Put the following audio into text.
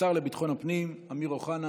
השר לביטחון הפנים אמיר אוחנה.